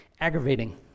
Aggravating